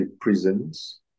prisons